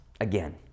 again